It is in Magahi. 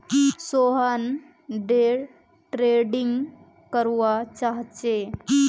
सोहन डे ट्रेडिंग करवा चाह्चे